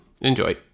Enjoy